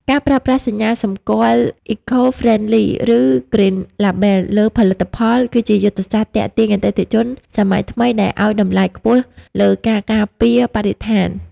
ការប្រើប្រាស់សញ្ញាសម្គាល់ "Eco-Friendly" ឬ "Green Label" លើផលិតផល គឺជាយុទ្ធសាស្ត្រទាក់ទាញអតិថិជនសម័យថ្មីដែលឱ្យតម្លៃខ្ពស់លើការការពារបរិស្ថាន។